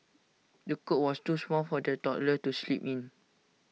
the cot was too small for the toddler to sleep in